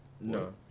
No